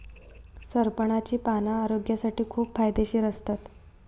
सरपणाची पाना आरोग्यासाठी खूप फायदेशीर असतत